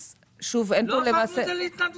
אז שוב אין פה למעשה --- לא הפכנו את זה להתנדבותי,